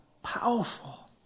powerful